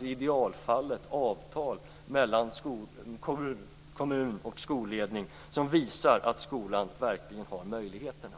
i idealfallet skall finnas avtal mellan kommun och skolledning som visar att skolan verkligen har möjligheter.